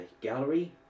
gallery